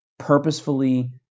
purposefully